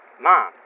Mom